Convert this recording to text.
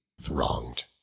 thronged